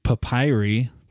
Papyri